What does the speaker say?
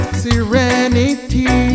serenity